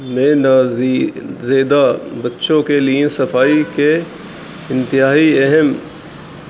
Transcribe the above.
میں ن زیدہ بچوں کے لیے صفائی کے انتہائی اہم